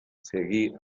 seguí